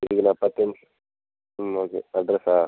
இதுக்கு நாம் பத்து நிம்ஷ ம் ஓகே அட்ரெஸ்ஸா